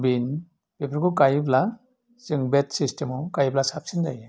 बिन बेफोरखौ गायोब्ला जों बेट सिस्टेमाव गायब्ला साबसिन जायो